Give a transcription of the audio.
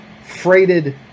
freighted